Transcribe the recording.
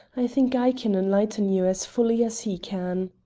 i think i can enlighten you as fully as he can.